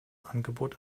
angebot